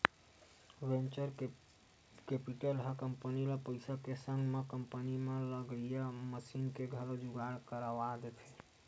venture capital ह company ल पइसा के संग म कंपनी म लगइया मसीन के घलो जुगाड़ करवा देथे